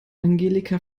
angelika